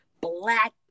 black